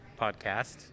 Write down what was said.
podcast